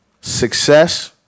Success